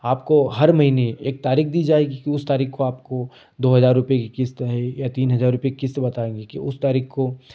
आपको हर महीने एक तारीख दी जाएगी कि उस तारीख को आपको दो हज़ार रुपये की किस्त है या तीन हज़ार रुपये किस्त बताएँगे कि उस तारीख को